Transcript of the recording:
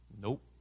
Nope